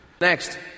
Next